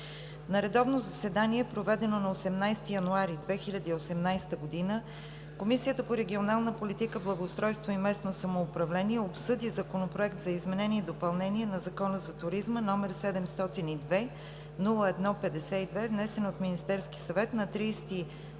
На редовно заседание, проведено на 18 януари 2018 г., Комисията по регионална политика, благоустройство и местно самоуправление обсъди Законопроект за изменение и допълнение на Закона за туризма, № 702-01-52, внесен от Министерския съвет на 30